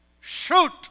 Shoot